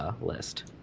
list